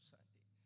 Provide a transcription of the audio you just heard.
Sunday